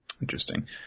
Interesting